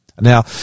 Now